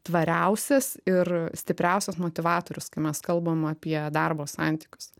tvariausias ir stipriausias motyvatorius kai mes kalbam apie darbo santykius